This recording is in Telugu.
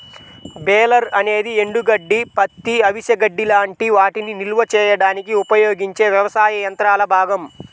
బేలర్ అనేది ఎండుగడ్డి, పత్తి, అవిసె గడ్డి లాంటి వాటిని నిల్వ చేయడానికి ఉపయోగించే వ్యవసాయ యంత్రాల భాగం